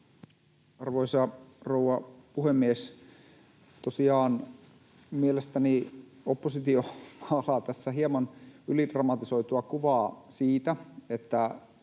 Arvoisa rouva puhemies! Tosiaan oppositio mielestäni maalaa tässä hieman ylidramatisoitua kuvaa siitä, että